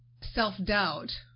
self-doubt